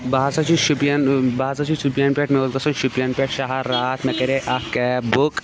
بہٕ ہسا چھُس شُپیَن بہٕ ہسا چھُس شُپیَن پٮ۪ٹھ مےٚ اوس گژھُن شُپیَن پٮ۪ٹھ شہر راتھ مےٚ کَرے اَکھ کیب بُک